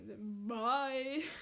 bye